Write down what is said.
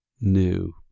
new